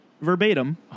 verbatim